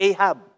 Ahab